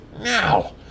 Now